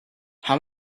how